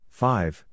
five